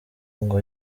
ngo